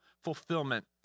fulfillment